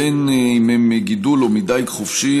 בין אם הם מגידול או מדיג חופשי,